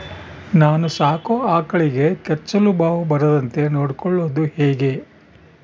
ನಾನು ಸಾಕೋ ಆಕಳಿಗೆ ಕೆಚ್ಚಲುಬಾವು ಬರದಂತೆ ನೊಡ್ಕೊಳೋದು ಹೇಗೆ?